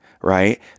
right